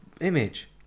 image